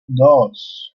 dos